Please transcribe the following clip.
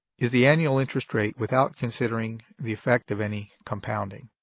is the annual interest rate without considering the effect of any compounding.